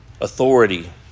authority